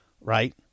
Right